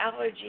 allergies